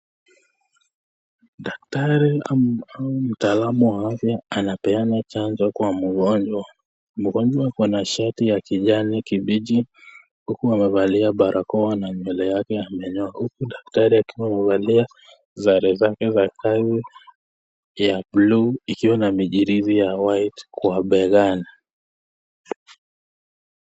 Daktari au mtaalamu wa afya anapeana chanjo kwa mgonjwa. Mgonjwa ako na shati ya kijani kibichi huku wamevaa barakoa na nywele yake amenyewa huku daktari akiwa amevalia sare zake za kazi ya bluu ikiwa na mijirizi ya white kwa begani.